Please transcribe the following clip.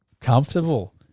comfortable